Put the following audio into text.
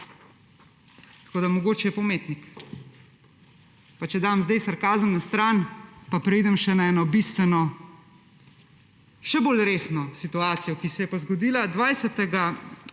ostanejo. Mogoče je pa umetnik. Če dam zdaj sarkazem na stran pa preidem še na eno bistveno, še bolj resno situacijo, ki se je zgodila